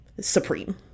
supreme